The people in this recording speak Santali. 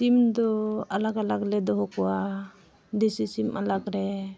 ᱥᱤᱢ ᱫᱚ ᱟᱞᱟᱠ ᱟᱞᱟᱠ ᱞᱮ ᱫᱚᱦᱚ ᱠᱚᱣᱟ ᱫᱮᱥᱤ ᱥᱤᱢ ᱟᱞᱟᱠ ᱨᱮ